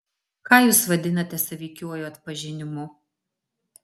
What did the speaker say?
ką jūs vadinate sąveikiuoju atpažinimu